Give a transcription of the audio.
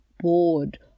bored